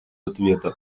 ответа